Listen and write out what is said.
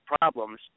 problems